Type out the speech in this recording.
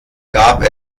gab